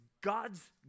God's